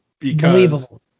believable